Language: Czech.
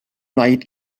najít